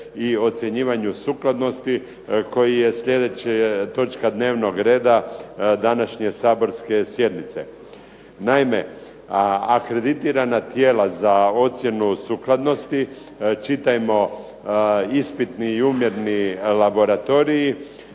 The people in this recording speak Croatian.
i ocjenjivanju sukladnosti koji je sljedeća točka dnevnog reda današnje saborske sjednice. Naime, akreditirana tijela za ocjenu sukladnosti, čitajmo ispitni i umjerni laboratoriji,